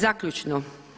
Zaključno.